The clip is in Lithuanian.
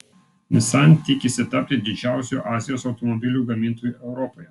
nissan tikisi tapti didžiausiu azijos automobilių gamintoju europoje